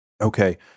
Okay